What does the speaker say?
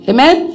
Amen